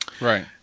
Right